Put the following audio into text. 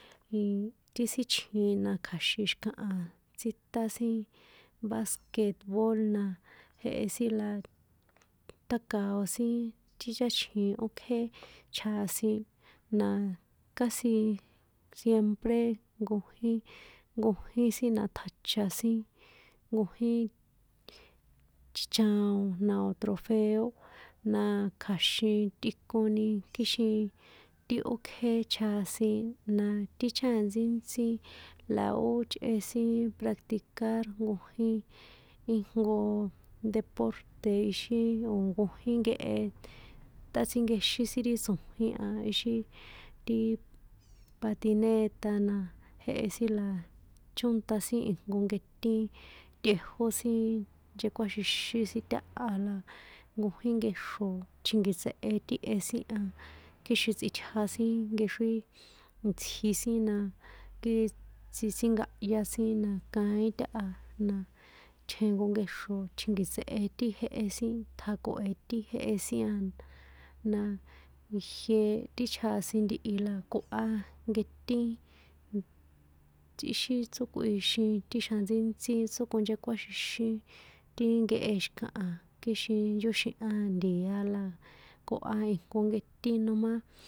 In ti sin chjin na kja̱xin xi̱kaha tsíṭán sin basketbool na jehe sin la ṭáka̱o sin ti cháchjin ókjé chjasin na kasi, siempre nkojín, nkojín sin na ṭjacha sin, nkojín, chichaon na trofeo, na kja̱xin tꞌikoni kixin ókjé chjasin na ti cháatsítsí la ó chꞌe sin practicar nkojín ijnko deporte íxin no nkojín nkehe ṭꞌátsinkexín ri tso̱jín a íxín ti patineta na jehe sin la chónṭa sin nketín tꞌejó sin nchekuaxixín sin táha la nkojín nkexro tjenki̱tsehe ti e sin a, kixin tsꞌitja sin nkexrin, itsji sin na kiii tsj tsjinkahya sin na kaín táha na, tjenko nkexro tjenki̱tsehe ti jehe ṭja̱ko̱he ti jehe sin a, na ijie ti chjasin ntihi la koha nketín, tsꞌixin tsókꞌuixin ti xjan ntsíntsi tsokuinchekuáxixín ti nkehe xi̱kaha kixin yóxihan nti̱a la koha ijnko nketín nomá.